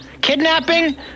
Kidnapping